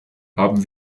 haben